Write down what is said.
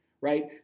right